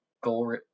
Goal